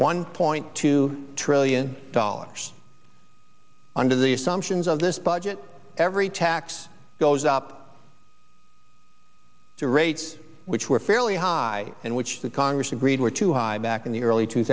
one point two trillion dollars under the assumptions of this budget every tax goes up to rates which were fairly high and which the congress agreed were too high back in the early two